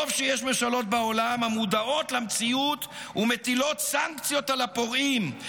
טוב שיש ממשלות בעולם המודעות למציאות ומטילות סנקציות על הפורעים.